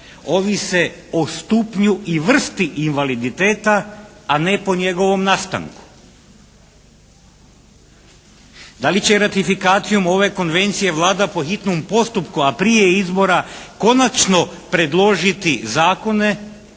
ovise o stupnju i vrsti invaliditeta a ne po njegovom nastanku. Da li će ratifikacijom ove konvencije Vlada po hitnom postupku, a prije izbora konačno predložiti zakone